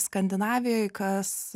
skandinavijoj kas